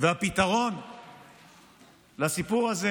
והפתרון לסיפור הזה